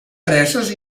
preses